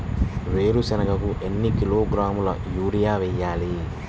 వేరుశనగకు ఎన్ని కిలోగ్రాముల యూరియా వేయాలి?